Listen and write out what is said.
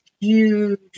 huge